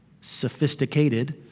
Sophisticated